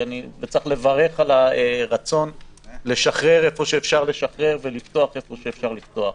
וצריך לברך על הרצון לשחרר איפה שאפשר לשחרר ולפתוח איפה שאפשר לפתוח.